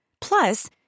Plus